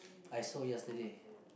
I saw yesterday